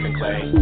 clay